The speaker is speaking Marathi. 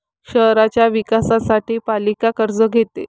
शहराच्या विकासासाठी पालिका कर्ज घेते